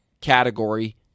category